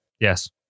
Yes